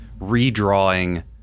redrawing